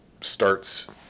starts